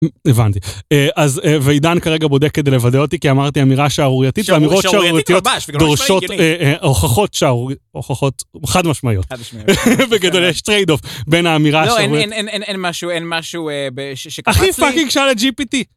הבנתי, אז .... ועידן כרגע בודק כדי לוודא אותי כי אמרתי אמירה שערורייתית והאמירות שערורייתיות דורשות, הוכחות שערורייתיות, הוכחות חד משמעיות, בגדול יש Tradeoff בין האמירה השערורייתית... אין משהו, אין משהו, אחי Fucking שאל את GPT.